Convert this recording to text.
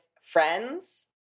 friends